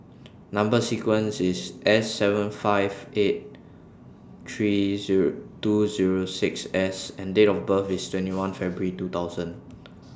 Number sequence IS S seven five eight three Zero two Zero six S and Date of birth IS twenty one February two thousand